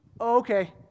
Okay